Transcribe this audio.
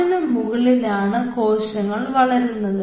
അതിനു മുകളിലാണ് കോശങ്ങൾ വളരുന്നത്